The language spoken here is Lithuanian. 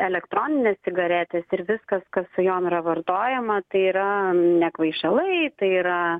elektroninės cigaretės ir viskas kas su jom yra vartojama tai yra ne kvaišalai tai yra